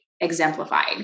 exemplified